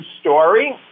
story